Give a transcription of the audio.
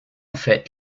fait